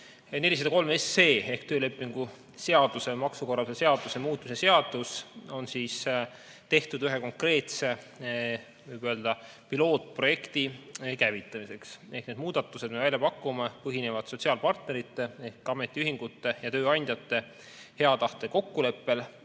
403 ehk töölepingu seaduse ja maksukorralduse seaduse muutmise seaduse eelnõu on tehtud ühe konkreetse pilootprojekti käivitamiseks. Need muudatused, mis me välja pakume, põhinevad sotsiaalpartnerite ehk ametiühingute ja tööandjate hea tahte kokkuleppel.